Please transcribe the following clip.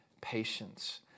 patience